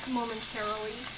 momentarily